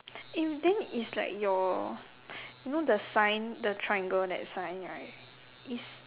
eh then if like your you know the sign the triangle that sign right is